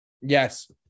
Yes